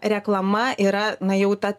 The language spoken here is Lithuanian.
reklama yra na jau ta